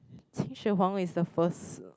Qin-Shi Huang is the first